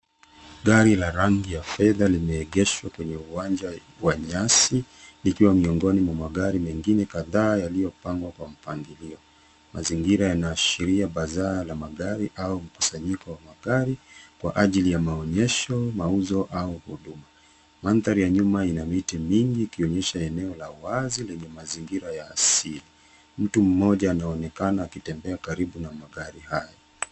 Gari la rangi ya fedha limeegeshwa kwenye uwanja wa nyasi, likiwa miongoni mwa magari mengine kadhaa yaliyopangwa kwa mpangilio. Mazingira yanaashiria bazaar la magari au mkusanyiko wa magari kwa ajili ya maonyesho, mauzo au huduma. Mandhari ya nyuma ina miti mingi, ikionyesha eneo la wazi lenye mazingira ya asili. Mtu mmoja anaonekana akitembea karibu na magari hayo.